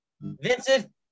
Vincent